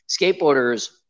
skateboarders